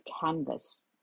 canvas